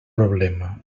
problema